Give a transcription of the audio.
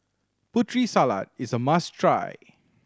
Putri Salad is a must try